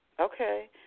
Okay